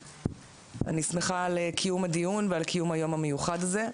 אני שמחה על קיום הדיון ועל קיום המיוחד הזה.